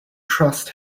trust